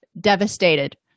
devastated